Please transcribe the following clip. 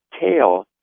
tail